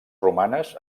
romanes